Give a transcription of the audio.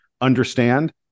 understand